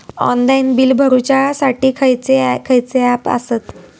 Online bill भरुच्यासाठी खयचे खयचे ऍप आसत?